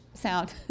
sound